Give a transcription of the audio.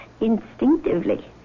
instinctively